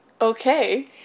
Okay